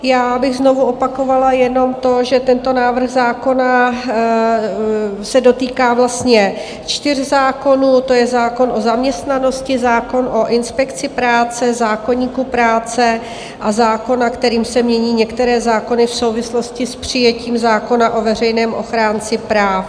Já bych znovu opakovala jenom to, že tento návrh zákona se dotýká vlastně čtyř zákonů, to je zákon o zaměstnanosti, zákon o inspekci práce, zákoník práce a zákon, kterým se mění některé zákony v souvislosti s přijetím zákona o veřejném ochránci práv.